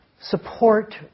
Support